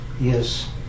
Yes